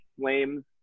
flames